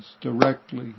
directly